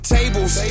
Tables